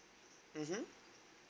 mmhmm